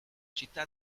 città